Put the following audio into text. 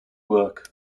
work